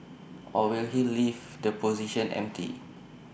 or will he leave the position empty